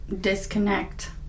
disconnect